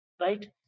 right